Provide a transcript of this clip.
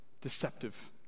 deceptive